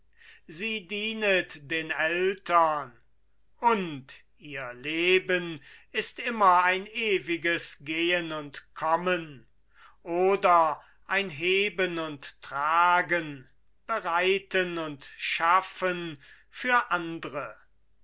sie dienet den eltern und ihr leben ist immer ein ewiges gehen und kommen oder ein heben und tragen bereiten und schaffen für andre